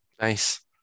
Nice